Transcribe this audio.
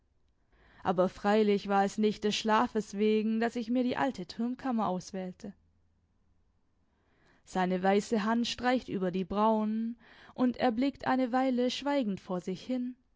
aber freilich war es nicht des schlafes wegen daß ich mir die alte turmkammer auswählte seine weiße hand streicht über die brauen und er blickt eine weile schweigend vor sich hin